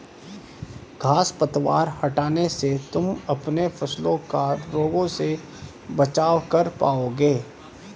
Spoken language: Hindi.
घांस पतवार हटाने से तुम अपने फसलों का रोगों से बचाव कर पाओगे